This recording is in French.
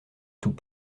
tout